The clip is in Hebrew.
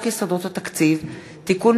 ט' בכסלו התשע"ה (1 בדצמבר 2014)